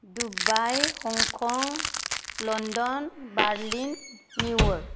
Dubai Hong Kong London Berlin New York